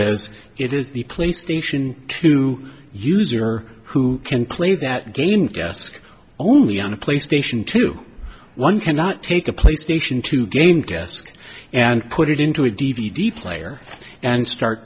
as it is the play station two user who can play that game didn't ask only on a playstation two one cannot take a playstation two game guest and put it into a d v d player and start